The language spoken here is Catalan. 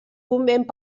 convent